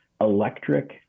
electric